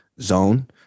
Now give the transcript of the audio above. zone